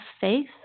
faith